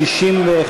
61,